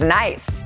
nice